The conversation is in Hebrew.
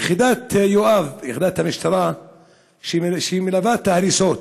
יחידת יואב, יחידת המשטרה שמלווה את ההריסות,